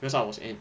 because I was in